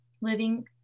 living